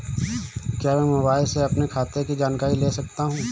क्या मैं मोबाइल से अपने खाते की जानकारी ले सकता हूँ?